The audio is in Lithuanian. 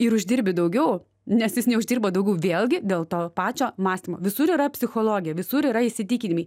ir uždirbi daugiau nes jis neuždirba daugiau vėlgi dėl to pačio mąstymo visur yra psichologija visur yra įsitikinimai